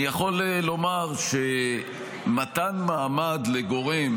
אני יכול לומר שמתן מעמד לגורם